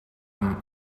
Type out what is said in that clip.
amb